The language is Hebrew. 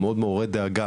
מאוד מעוררי דאגה,